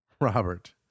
Robert